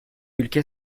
ülke